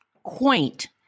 Quaint